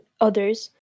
others